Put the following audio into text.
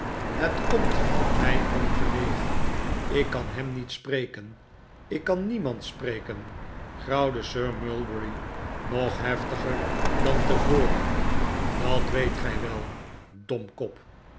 het komt mij ongelegen ik kan hem niet spreken ik kan niemand spreken grauwde sir mulberry nog heftiger dan tevoren dat weet gij wel domkop